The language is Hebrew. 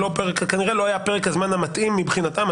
- כנראה לא היה פרק הזמן המתאים מבחינתם.